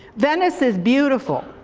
venice is beautiful,